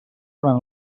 faran